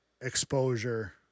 exposure